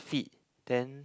feet then